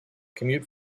commute